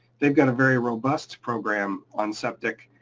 they've got a very robust program on septic,